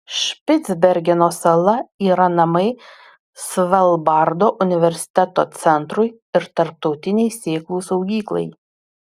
špicbergeno sala yra namai svalbardo universiteto centrui ir tarptautinei sėklų saugyklai